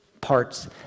parts